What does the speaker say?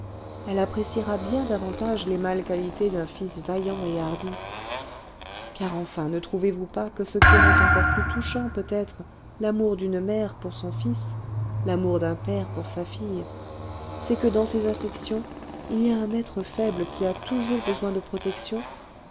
elle appréciera bien davantage les mâles qualités d'un fils vaillant et hardi car enfin ne trouvez-vous pas que ce qui rend encore plus touchant peut-être l'amour d'une mère pour son fils l'amour d'un père pour sa fille c'est que dans ces affections il y a un être faible qui a toujours besoin de protection